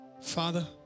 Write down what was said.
Father